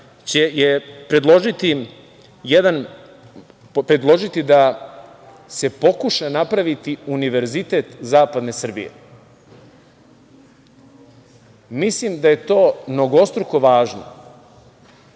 će predložiti da se pokuša napraviti univerzitet zapadne Srbije. Mislim da je to mnogostruko važno